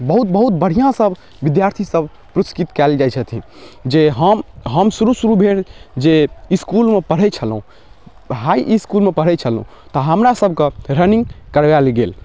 बहुत बहुत बढ़िया सब विद्यार्थी सब पुरस्कृत कएल जाइ छथिन जे हम हम शुरू शुरू बेर जे ईस्कूल मे पढ़ै छेलौ हाइ ईस्कूल मे पढ़ै छलौ तऽ हमरासब कऽ रनिंग करबाएल गेल